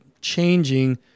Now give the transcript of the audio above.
changing